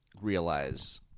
realize